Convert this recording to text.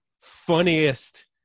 funniest